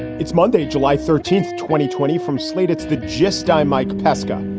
it's monday, july thirteenth, twenty twenty from slate, it's the gist. i'm mike pesca.